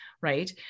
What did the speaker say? Right